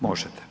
Možete.